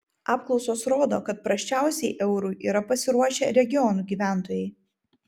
apklausos rodo kad prasčiausiai eurui yra pasiruošę regionų gyventojai